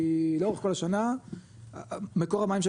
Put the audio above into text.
כי לאורך כל השנה מקור המים,